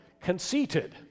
conceited